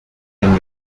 den